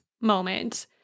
moment